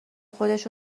خودش